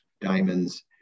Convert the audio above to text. diamonds